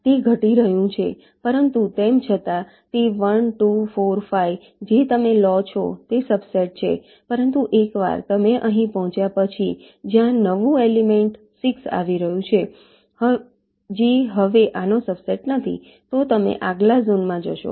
તે ઘટી રહ્યું છે પરંતુ તેમ છતાં તે 1 2 4 5 જે તમે લો છો તે સબસેટ છે પરંતુ એકવાર તમે અહીં પહોંચ્યા પછી જ્યાં નવું એલિમેંટ 6 આવી રહ્યું છે જે હવે આનો સબસેટ નથી તો તમે આગલા ઝોનમાં જશો